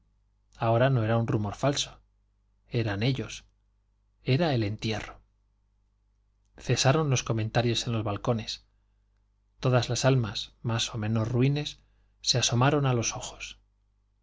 ahora no era un rumor falso eran ellos era el entierro cesaron los comentarios en los balcones todas las almas más o menos ruines se asomaron a los ojos